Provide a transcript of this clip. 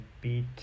beat